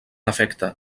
efecte